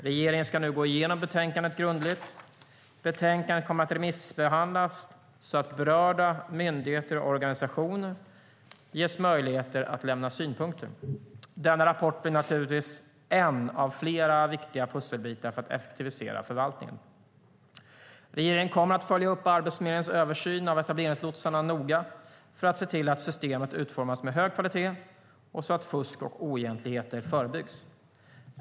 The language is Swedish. Regeringen ska nu gå igenom betänkandet grundligt. Betänkandet kommer att remissbehandlas så att berörda myndigheter och organisationer ges möjligheter att lämna synpunkter. Denna rapport blir naturligtvis en av flera viktiga pusselbitar för att effektivisera förvaltningen. Regeringen kommer att följa Arbetsförmedlingens översyn av etableringslotsarna noga för att se till att systemet utformas med hög kvalitet och så att fusk och oegentligheter förebyggs.